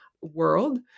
world